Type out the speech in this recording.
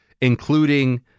including